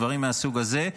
דברים מהסוג הזה,